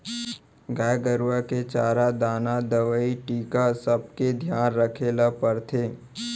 गाय गरूवा के चारा दाना, दवई, टीका सबके धियान रखे ल परथे